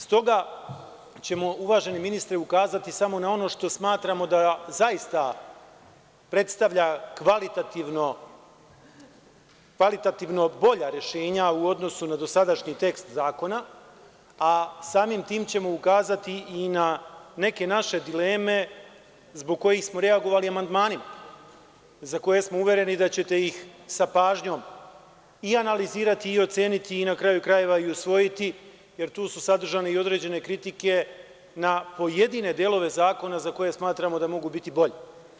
Stoga ćemo, uvaženi ministre, ukazati samo na ono što smatramo da zaista predstavlja kvalitativno bolja rešenja u odnosu na dosadašnji tekst zakona, a samim tim ćemo ukazati i na neke naše dileme zbog kojih smo reagovali amandmanima, za koje smo uvereni da ćete ih sa pažnjom i analizirati i oceniti i, na kraju krajeva, i usvojiti, jer tu su sadržane i određene kritike na pojedine delove zakona za koje smatramo da mogu biti bolji.